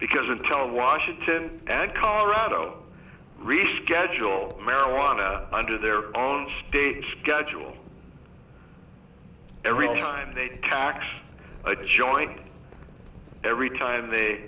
because intel washington and colorado reschedule marijuana under their onstage schedule every time they tax a joint every time they